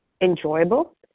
enjoyable